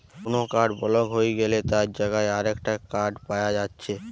কুনো card block হই গ্যালে তার জাগায় আরেকটা কার্ড পায়া যাচ্ছে